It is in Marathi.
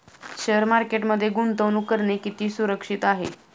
शेअर मार्केटमध्ये गुंतवणूक करणे किती सुरक्षित आहे?